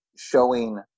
showing